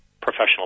professional